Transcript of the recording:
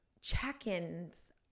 check-ins